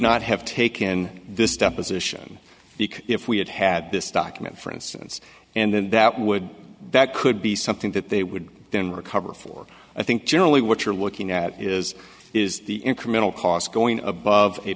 not have taken this deposition if we had had this document for instance and then that would that could be something that they would then recover for i think generally what you're looking at is is the incremental cost going above a